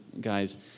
guys